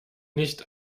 nicht